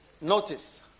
notice